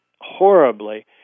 horribly